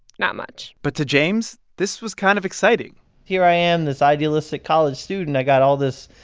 not much but to james, this was kind of exciting here i am, this idealistic college student. i got all this